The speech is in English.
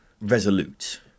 resolute